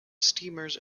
steamers